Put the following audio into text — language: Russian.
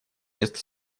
места